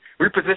reposition